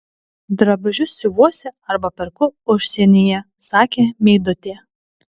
drabužius siuvuosi arba perku užsienyje sakė meidutė